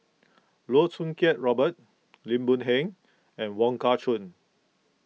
Loh Choo Kiat Robert Lim Boon Heng and Wong Kah Chun